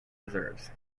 reserves